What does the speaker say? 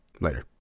later